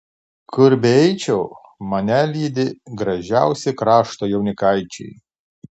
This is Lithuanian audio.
kur beeičiau mane lydi gražiausi krašto jaunikaičiai